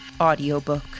Audiobook